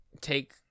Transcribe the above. take